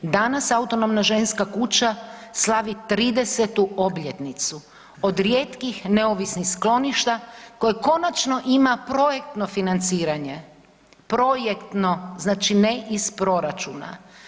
Danas autonomna ženska kuća slavi 30-tu obljetnicu, od rijetkih neovisnih skloništa koje konačno ima projektno financiranje, projektno, znači ne iz proračuna.